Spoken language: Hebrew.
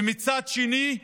ומצד שני,